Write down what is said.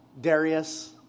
Darius